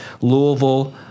Louisville